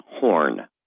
horn